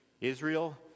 Israel